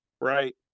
Right